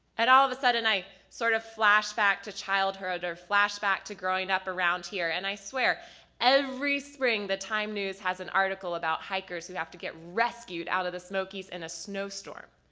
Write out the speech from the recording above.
and all the sudden i sort of flash-backed to childhood or flash-backed to growing up around here, and i swear every spring the times-news has an article about hikers who have to get rescued out of the smokey's in a snow storm.